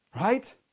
right